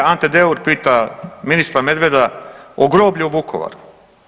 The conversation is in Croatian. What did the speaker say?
Ante Deur pita ministra Medveda o groblju u Vukovaru.